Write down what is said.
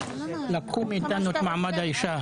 לקחו מאתנו את מעמד האישה.